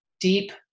deep